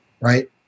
Right